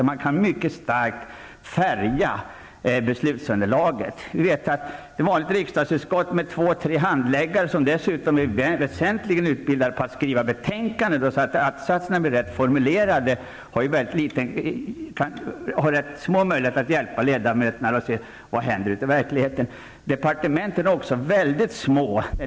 De kan mycket starkt ''färga'' beslutsunderlaget. Ett vanligt riksdagsutskott med två tre handläggare, som dessutom väsentligen är utbildade på att skriva betänkanden så att attsatserna blir rätt formulerade, har små möjligheter att hjälpa ledamöterna att se vad som händer ute i verkligheten. Departementen är också små.